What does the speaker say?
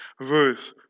Ruth